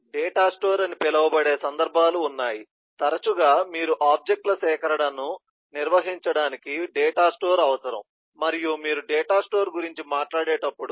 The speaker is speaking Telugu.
డేటా స్టోర్ అని పిలువబడే సందర్భాలు ఉన్నాయి తరచుగా మీరు ఆబ్జెక్ట్ ల సేకరణను నిర్వహించడానికి డేటా స్టోర్ అవసరం మరియు మీరు డేటా స్టోర్ గురించి మాట్లాడేటప్పుడు